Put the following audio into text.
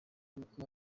amakuru